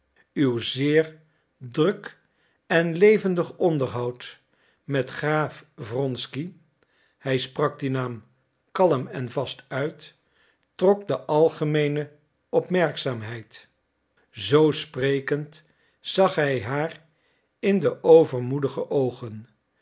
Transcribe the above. uw zeer druk en levendig onderhoud met graaf wronsky hij sprak dien naam kalm en vast uit trok de algemeene opmerkzaamheid zoo sprekend zag hij haar in de overmoedige oogen